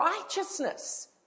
righteousness